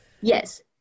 Yes